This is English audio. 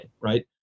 right